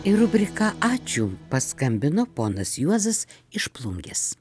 į rubriką ačiū paskambino ponas juozas iš plungės